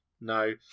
no